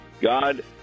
God